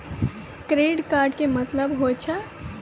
Credit card के मतलब होय छै?